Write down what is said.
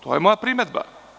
To je moja primedba.